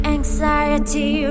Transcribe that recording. Anxiety